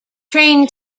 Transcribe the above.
train